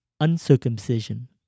uncircumcision